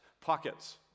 pockets